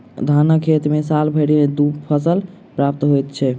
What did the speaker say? धानक खेत मे साल भरि मे दू फसल प्राप्त होइत छै